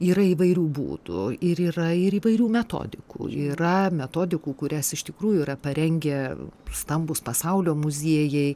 yra įvairių būtų ir yra ir įvairių metodikų yra metodikų kurias iš tikrųjų yra parengę stambūs pasaulio muziejai